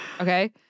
okay